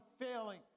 failing